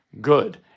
good